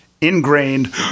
ingrained